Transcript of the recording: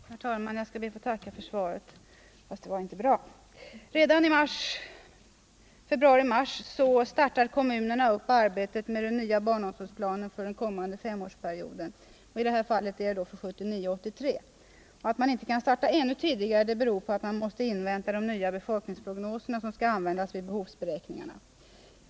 Herr talman! Jag ber att få tacka för svaret — fast det var inte bra! Redan i februari-mars startar kommunerna arbetet med den nya barnomsorgsplanen för den kommande femårsperioden. Nu gäller det alltså åren 1979-1983. Att man inte kan starta ännu tidigare beror på att man måste invänta de nya befolkningsprognoser som skall användas vid behovsberäkningarna.